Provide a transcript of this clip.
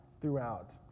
throughout